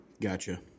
Gotcha